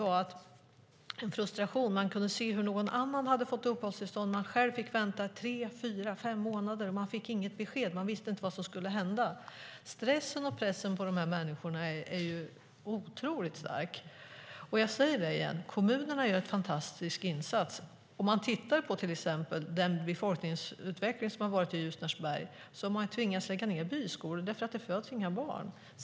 De kände en frustration. De kunde se hur någon annan hade fått uppehållstillstånd, men de själva fick vänta i tre, fyra eller fem månader och fick inte något besked. De visste inte vad som skulle hända. Stressen och pressen på de här människorna är otroligt stark. Och jag säger det igen: Kommunerna gör en fantastisk insats. Den befolkningsutveckling som har varit i Ljusnarsberg har gjort att man tvingats lägga ned byskolor. Det föds inga barn.